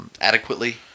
Adequately